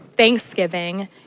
thanksgiving